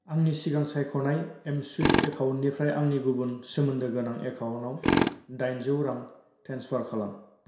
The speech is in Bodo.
आंनि सिगां सायख'नाय एमस्वुइफ एकाउन्टनिफ्राय आंनि गुबुन सोमोन्दो गोनां एकाउन्टाव दाइनजौ रां ट्रेन्सफार खालाम